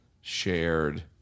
shared